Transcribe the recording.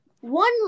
one